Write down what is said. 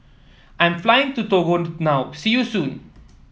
I'm flying to Togo now see you soon